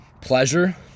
pleasure